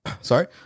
sorry